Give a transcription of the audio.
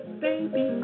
baby